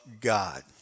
God